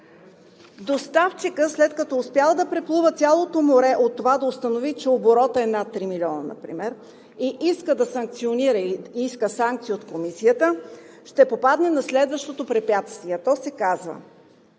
Доставчикът след като е успял да преплува цялото море от това да установи, че оборотът е над 3 милиона например и иска да санкционира – иска санкции от Комисията, ще попадне на следващото препятствие, а то се казва,